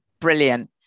Brilliant